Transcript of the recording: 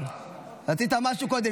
רצית משהו קודם?